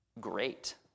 great